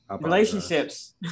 Relationships